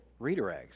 redirects